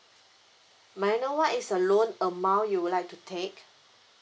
may I know what is the loan amount you would like to take